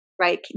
right